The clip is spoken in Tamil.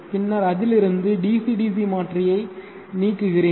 பின்னர் அதிலிருந்து DC DC மாற்றியை நீக்குகிறேன்